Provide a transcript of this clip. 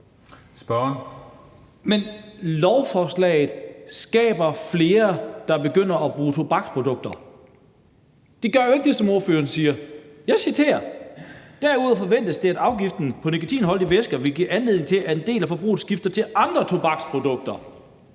Men lovforslaget skaber flere, der begynder at bruge tobaksprodukter. Det gør jo ikke det, som ordføreren siger. Jeg citerer: »Derudover forventes det, at afgiften på nikotinholdige væsker vil give anledning til, at en del af forbruget skifter til andre tobaksprodukter«.